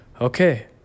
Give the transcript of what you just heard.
okay